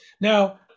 Now